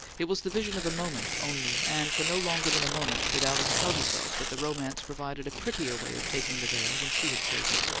it was the vision of a moment only, and for no longer than a moment did alice tell herself that the romance provided a prettier way of taking the veil than she had chosen,